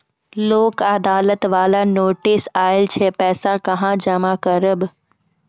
लोक अदालत बाला नोटिस आयल छै पैसा कहां जमा करबऽ?